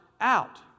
out